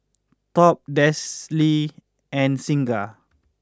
Top Delsey and Singha